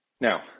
Now